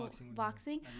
boxing